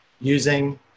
using